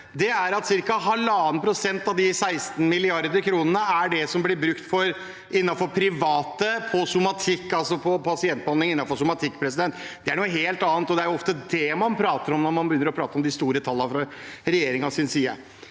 det er cirka 1,5 pst. av de 16 mrd. kr som blir brukt innenfor private på somatikk, altså på pasientbehandling innenfor somatikk. Det er noe helt annet, og det er ofte det man prater om når man begynner å prate om de store tallene fra regjeringens side.